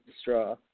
straw